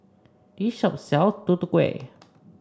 this shop sells Tutu Kueh